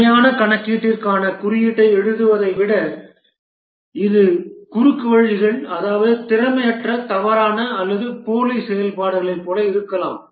உண்மையான கணக்கீட்டிற்கான குறியீட்டை எழுதுவதை விட இது குறுக்குவழிகள் அதாவது திறமையற்ற தவறான அல்லது போலி செயல்பாடுகளைப் போல இருக்கலாம்